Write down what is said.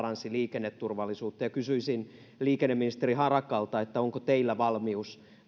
paransi liikenneturvallisuutta kysyisin liikenneministeri harakalta onko teillä valmius